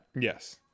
yes